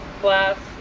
class